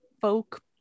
folk